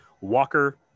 Walker